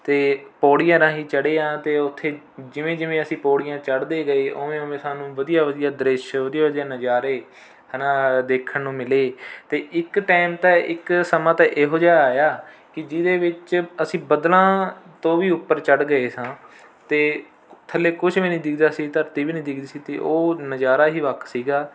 ਅਤੇ ਪੌੜੀਆਂ ਰਾਹੀ ਚੜ੍ਹੇ ਹਾਂ ਅਤੇ ਉੱਥੇ ਜਿਵੇਂ ਜਿਵੇਂ ਅਸੀਂ ਪੌੜੀਆਂ ਚੜ੍ਹਦੇ ਗਏ ਉਵੇਂ ਉਵੇਂ ਸਾਨੂੰ ਵਧੀਆ ਵਧੀਆ ਦ੍ਰਿਸ਼ ਵਧੀਆ ਵਧੀਆ ਨਜ਼ਾਰੇ ਹੈ ਨਾ ਦੇਖਣ ਨੂੰ ਮਿਲੇ ਅਤੇ ਇੱਕ ਟਾਇਮ ਤਾਂ ਇੱਕ ਸਮਾਂ ਤਾਂ ਇਹੋ ਜਿਹਾ ਆਇਆ ਕਿ ਜਿਹਦੇ ਵਿੱਚ ਅਸੀਂ ਬੱਦਲਾਂ ਤੋਂ ਵੀ ਉੱਪਰ ਚੜ੍ਹ ਗਏ ਸਾਂ ਅਤੇ ਥੱਲੇ ਕੁਛ ਵੀ ਨਹੀਂ ਦਿਖਦਾ ਸੀ ਧਰਤੀ ਵੀ ਨਹੀਂ ਦਿਖਦੀ ਸੀ ਅਤੇ ਉਹ ਨਜ਼ਾਰਾ ਹੀ ਵੱਖ ਸੀਗਾ